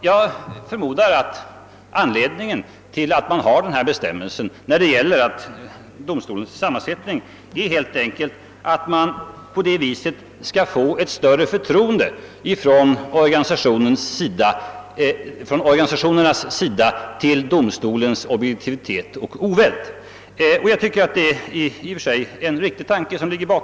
Jag förmodar att anledningen till att denna bestämmelse om domstolens sammansättning finns helt enkelt är att man på det viset vill få en större tilltro bland organisationerna till domstolens objektivitet och oväld. Jag tycker det i och för sig är en riktig tanke.